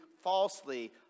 falsely